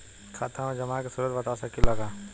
खाता में जमा के स्रोत बता सकी ला का?